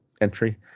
entry